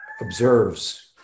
observes